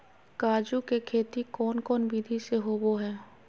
काजू के खेती कौन कौन विधि से होबो हय?